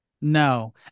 No